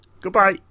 Goodbye